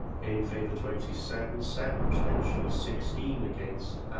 in favour twenty seven, seven abstentions, sixteen against. and,